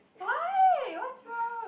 why what's wrong